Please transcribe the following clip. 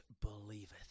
believeth